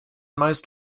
meist